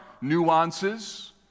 nuances